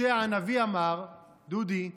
דודי,